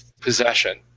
possession